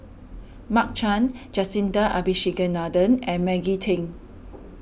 Mark Chan Jacintha Abisheganaden and Maggie Teng